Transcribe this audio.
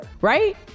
Right